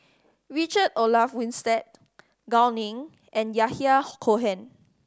Richard Olaf Winstedt Gao Ning and Yahya Cohen